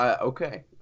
okay